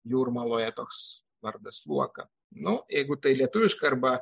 jūrmaloje toks vardas sluoka nu jeigu tai lietuviška arba